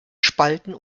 spalten